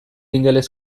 ingeles